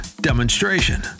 demonstration